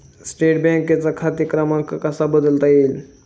State बँकेचा खाते क्रमांक कसा बदलता येईल?